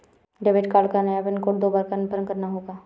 debit card का नया PIN दो बार कन्फर्म करना होगा